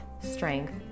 strength